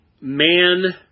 man